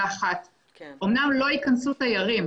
אמנם לא ייכנסו תיירים,